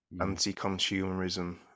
anti-consumerism